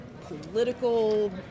political